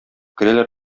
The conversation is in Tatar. керәләр